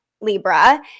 Libra